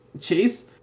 chase